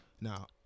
Now